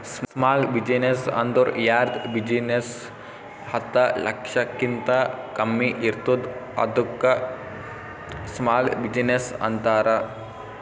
small business ಅಂದುರ್ ಯಾರ್ದ್ business ಹತ್ತ ಲಕ್ಷಕಿಂತಾ ಕಮ್ಮಿ ಇರ್ತುದ್ ಅದ್ದುಕ ಸ್ಮಾಲ್ ಬಿಜಿನೆಸ್ ಅಂತಾರ